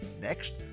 Next